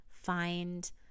Find